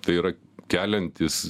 tai yra keliantis